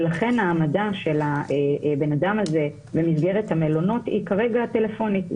לכן ההעמדה של הבן אדם במסגרת המלונות היא כרגע טלפונית.